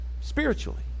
Spiritually